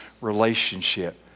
relationship